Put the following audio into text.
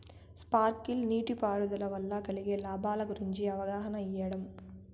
Sprinkle నీటిపారుదల వల్ల కలిగే లాభాల గురించి అవగాహన ఇయ్యడం?